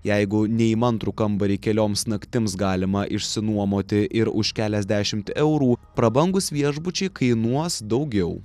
jeigu neįmantrų kambarį kelioms naktims galima išsinuomoti ir už keliasdešimt eurų prabangūs viešbučiai kainuos daugiau